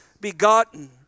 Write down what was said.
begotten